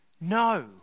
No